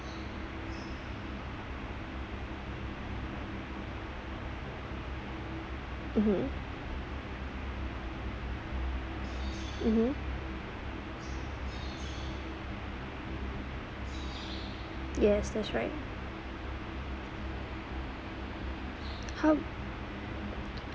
mmhmm mmhmm yes that's right how